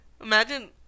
Imagine